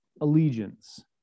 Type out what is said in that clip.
allegiance